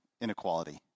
inequality